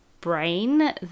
brain